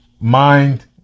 mind